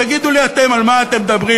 תגידו לי אתם על מה אתם מדברים.